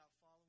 following